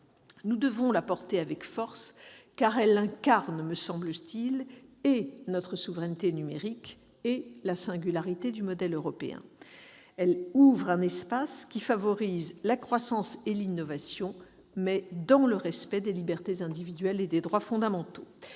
Nous devons la porter avec force, car elle incarne, me semble-t-il, et notre souveraineté numérique, et la singularité du modèle européen. Elle ouvre un espace qui favorise la croissance et l'innovation, dans le respect des libertés individuelles et des droits fondamentaux.